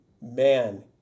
man